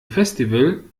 festival